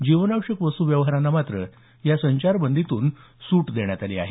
जीवनावश्यक वस्तू व्यवहारांना मात्र या संचारबंदीतून सूट देण्यात आली आहे